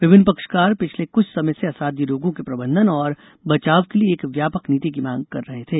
विभिन्न पक्षकार पिछले कुछ समय से असाध्य रोगों के प्रबंधन और बचाव के लिए एक व्यापक नीति की मांग कर रहे थे